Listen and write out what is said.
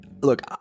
Look